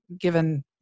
given